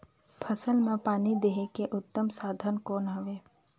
फसल मां पानी देहे के उत्तम साधन कौन हवे?